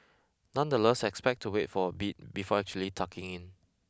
nonetheless expect to wait for a bit before actually tucking in